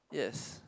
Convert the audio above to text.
yes